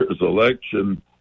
election